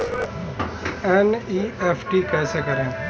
NEFT कैसे करें?